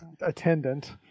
Attendant